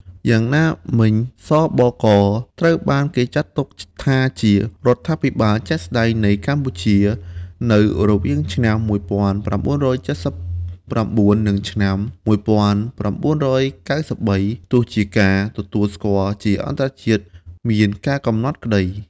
យ៉ាងណាមិញ ស.ប.ក. ត្រូវបានគេចាត់ទុកថាជារដ្ឋាភិបាលជាក់ស្ដែងនៃកម្ពុជានៅរវាងឆ្នាំ១៩៧៩ និងឆ្នាំ១៩៩៣ ទោះជាការទទួលស្គាល់ជាអន្តរជាតិមានការកំណត់ក្តី ។